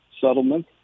settlement